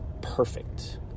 perfect